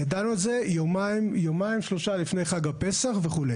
ידענו על זה יומיים-שלושה לפני חג הפסח וכו'.